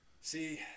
See